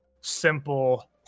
simple